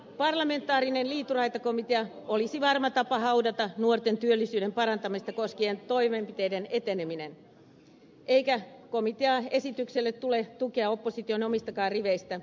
parlamentaarinen liituraitakomitea olisi varma tapa haudata nuorten työllisyyden parantamista koskevien toimenpiteiden eteneminen eikä komiteaesitykselle tule tukea opposition omistakaan riveistä